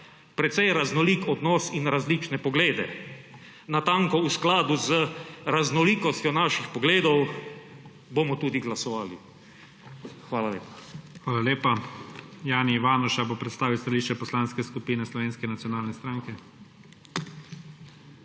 precej raznolik odnos in različne poglede. Natanko v skladu z raznolikostjo naših pogledov bomo tudi glasovali. Hvala lepa. PREDSEDNIK IGOR ZORČIČ: Hvala lepa. Jani Ivanuša bo predstavil stališče Poslanske skupine Slovenske nacionalne stranke.